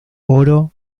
oro